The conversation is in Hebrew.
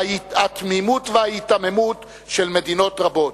התמימות וההיתממות של מדינות רבות.